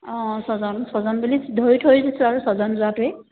অঁ ছজন ছজন বুলি ধৰি থৈ দিছোঁ আৰু ছজন যোৱাটোৱেই